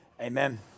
amen